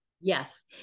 Yes